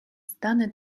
стане